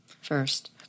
first